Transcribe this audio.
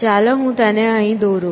ચાલો હું તેને અહીં દોરું